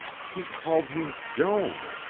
he called me joan,